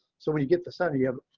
so when you get the study of